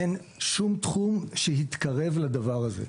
אין שום תחום שהתקרב לדבר הזה.